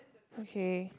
okay